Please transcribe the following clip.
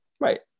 Right